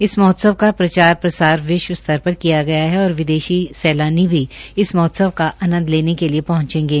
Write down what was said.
इस महोत्सव का प्रचार प्रसार विश्वस्तर पर किया गया है और विदेशी सैलानी भी इस महोत्सव का आनंद लेने के लिए पहंचेंगे